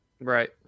Right